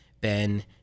Ben